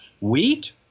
wheat